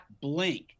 blink